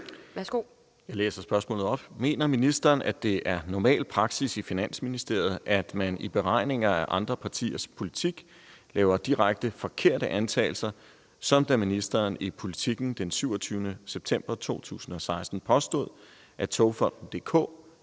Nicolai Wammen (S)): Mener ministeren, at det er normal praksis i Finansministeriet, at man i beregninger af andre partiers politik laver direkte forkerte antagelser, som da ministeren i Politiken den 27. september 2016 påstod, at Togfonden